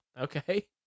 Okay